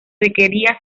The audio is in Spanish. requería